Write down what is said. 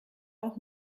auch